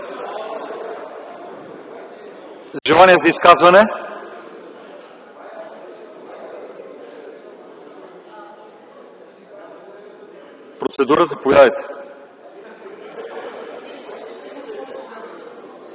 желание за изказване? Процедура – заповядайте.